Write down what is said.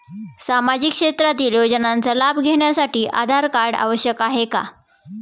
सामाजिक क्षेत्रातील योजनांचा लाभ घेण्यासाठी आधार कार्ड आवश्यक आहे का?